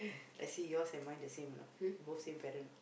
let's see yours and mine the same or not both same parent